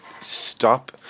stop